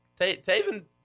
taven